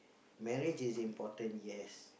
marriage is important yes